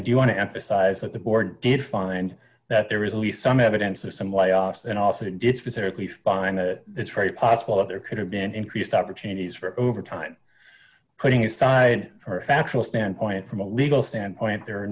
do want to emphasize that the board did find that there is only some evidence of some layoffs and also it did specifically find that it's very possible that there could have been increased opportunities for overtime putting aside for factual standpoint from a legal standpoint there are